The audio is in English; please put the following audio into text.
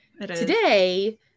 today